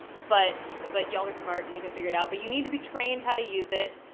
but but y'all look smart, you can figure it out. but you need to be trained how to use it.